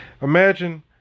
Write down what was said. Imagine